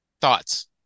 Thoughts